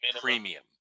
premium